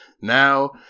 now